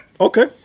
Okay